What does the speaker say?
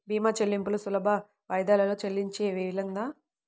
భీమా చెల్లింపులు సులభ వాయిదాలలో చెల్లించే వీలుందా?